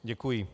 Děkuji.